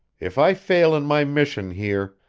if i fail in my mission here,